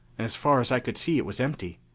and as far as i could see it was empty.